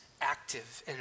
active